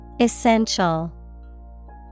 Essential